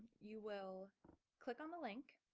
you will click on the link